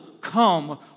come